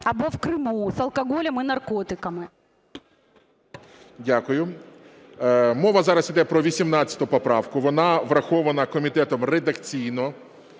або в Криму з алкоголем і наркотиками. ГОЛОВУЮЧИЙ. Дякую. Мова зараз іде про 18 поправку. Вона врахована комітетом редакційно.